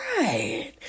right